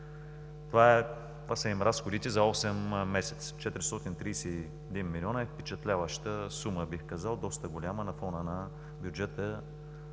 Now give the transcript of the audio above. Това са им разходите за осем месеца – 431 милиона е впечатляваща сума, бих казал, доста голяма на фона на годишния